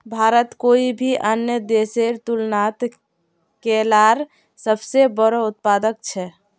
भारत कोई भी अन्य देशेर तुलनात केलार सबसे बोड़ो उत्पादक छे